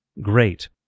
great